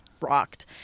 Rocked